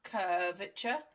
curvature